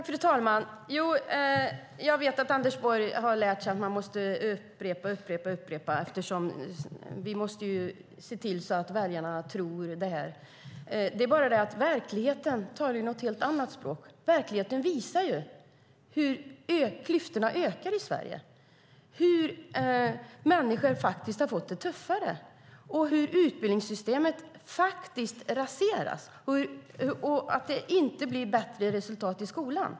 Fru talman! Jag vet att Anders Borg har lärt sig att man måste upprepa och upprepa för att se till att väljarna tror på det. Det är bara det att verkligheten talar ett helt annat språk. Verkligheten visar hur klyftorna ökar i Sverige, hur människor har fått det tuffare, hur utbildningssystemet raseras och att det inte blir bättre resultat i skolan.